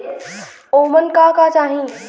ओमन का का चाही?